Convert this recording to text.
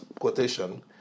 quotation